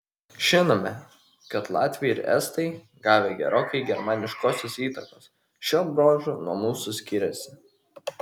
žinome kad latviai ir estai gavę gerokai germaniškosios įtakos šiuo bruožu nuo mūsų skiriasi